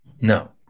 No